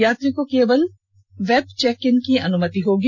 यात्री को केवल वेब चेक इन की अनुमति होगी